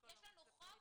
בסוף יש לנו חוק